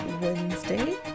Wednesday